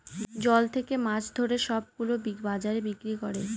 জল থাকে মাছ ধরে সব গুলো বাজারে বিক্রি করে